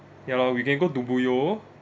ya lah we can go DubuYo